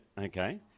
okay